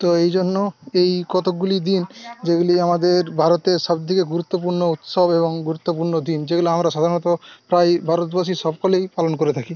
তো এই জন্য এই কতকগুলি দিন যেগুলি আমাদের ভারতের সবথেকে গুরুত্বপূর্ণ উৎসব এবং গুরুত্বপূর্ণ দিন যেগুলো আমরা সাধারণত প্রায় ভারতবাসী সকলেই পালন করে থাকি